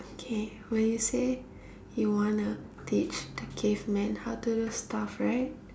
K when you say you wanna teach the caveman how to do stuff right